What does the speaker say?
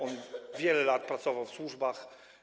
On wiele lat pracował w służbach.